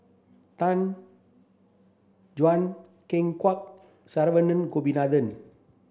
Tan Juan Ken Kwek Saravanan Gopinathan